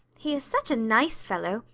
he is such a nice fellow,